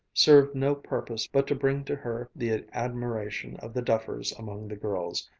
served no purpose but to bring to her the admiration of the duffers among the girls,